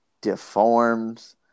deformed